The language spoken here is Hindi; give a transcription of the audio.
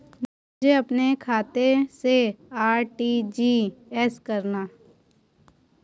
मुझे अपने खाते से आर.टी.जी.एस करना?